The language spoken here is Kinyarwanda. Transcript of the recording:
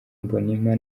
mbonimpa